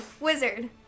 wizard